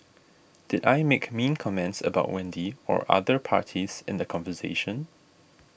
did I make mean comments about Wendy or other parties in the conversation